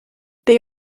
they